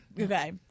Okay